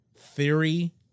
theory